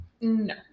No